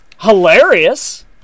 Hilarious